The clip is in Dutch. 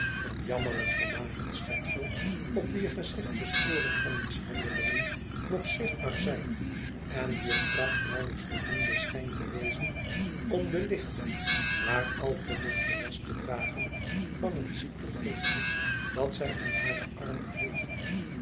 een jammerlijk vermagerd schepsel op wier gezicht de sporen van mishandelingen nog zichtbaar zijn en wier kracht nauwelijks voldoende schijnt te wezen om den lichten maar al te lichten last te dragen van een ziekelijk kindje dat zij in hare armen heeft